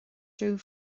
dom